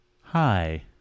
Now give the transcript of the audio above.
Hi